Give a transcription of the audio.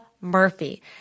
Murphy